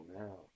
now